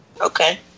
okay